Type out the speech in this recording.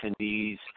attendees